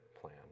plan